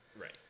Right